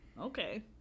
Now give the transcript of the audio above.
okay